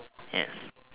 yes